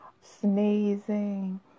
sneezing